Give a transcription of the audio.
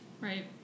Right